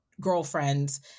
girlfriends